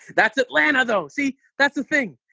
that's atlanta, though. see, that's the thing.